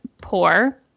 poor